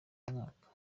mwaka